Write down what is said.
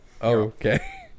Okay